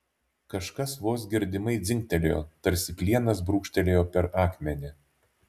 kažkas vos girdimai dzingtelėjo tarsi plienas brūkštelėjo per akmenį